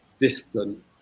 distant